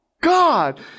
God